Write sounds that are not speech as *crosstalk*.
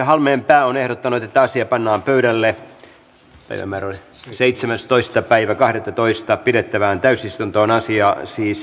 *unintelligible* halmeenpää on ehdottanut että asia pannaan pöydälle seitsemästoista kahdettatoista kaksituhattaviisitoista pidettävään täysistuntoon asia siis